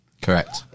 Correct